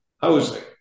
housing